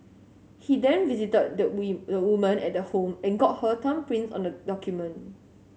he then visited the we the woman at the home and got her thumbprints on the document